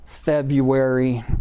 February